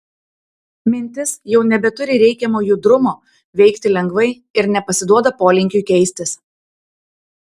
mintis jau nebeturi reikiamo judrumo veikti lengvai ir nepasiduoda polinkiui keistis